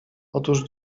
otóż